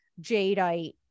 jadeite